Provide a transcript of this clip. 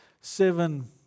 seven